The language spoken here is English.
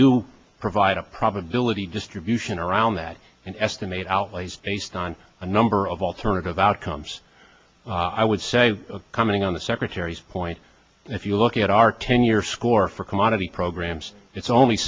do provide a probability distribution around that and estimate outlays based on a number of alternative outcomes i would say coming on the secretary's point if you look at our tenure score for commodity programs it's only